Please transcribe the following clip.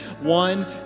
One